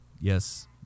Yes